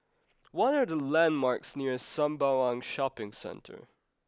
what are the landmarks near Sembawang Shopping Centre